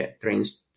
trains